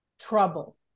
trouble